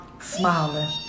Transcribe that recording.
smiling